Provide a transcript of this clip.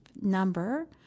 number